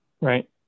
Right